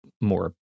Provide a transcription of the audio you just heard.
more